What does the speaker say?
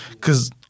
cause